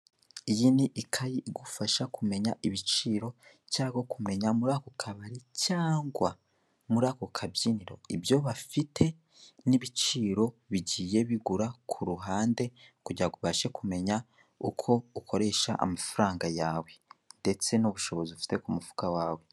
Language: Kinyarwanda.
Iyi ni ikayi igufasha kumenya ibiciro cyangwa kumenya muri ako kabari cyangwa muri ako kabyiniro ibyo bafite n'ibiciro bigiye bigura ku ruhande, kugira ngo ubashe kumenya uko ukoresha amafaranga yawe ndetse n'ubushobozi ufite ku mufuka wawe.